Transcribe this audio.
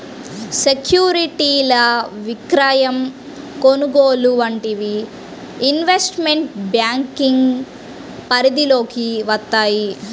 సెక్యూరిటీల విక్రయం, కొనుగోలు వంటివి ఇన్వెస్ట్మెంట్ బ్యేంకింగ్ పరిధిలోకి వత్తయ్యి